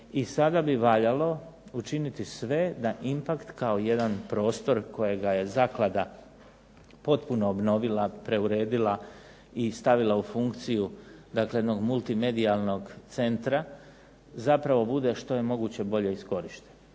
i sada bi valjalo učiniti sve da IMPACT kao jedan prostor kojega je zaklada potpuno obnovila, preuredila i stavila u funkciju dakle jednog multi medijalnog centra zapravo bude što je moguće bolje iskorišten.